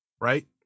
Right